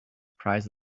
prize